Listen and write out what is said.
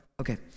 okay